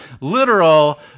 literal